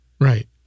Right